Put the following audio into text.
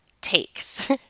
takes